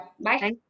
Bye